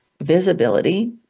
visibility